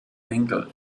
winkel